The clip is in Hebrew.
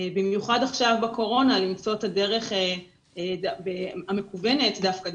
במיוחד עכשיו בקורונה למצוא את הדרך המקוונת דווקא,